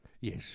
Yes